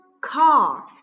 car